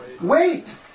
Wait